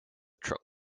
trunk